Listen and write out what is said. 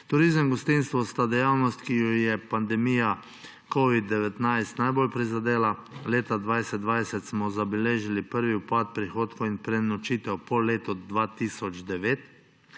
Turizem, gostinstvo sta dejavnosti, ki ju je pandemija covida-19 najbolj prizadela. Leta 2020 smo zabeležili prvi upad prihodkov in prenočitev po letu 2009.